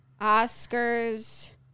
Oscars